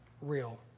real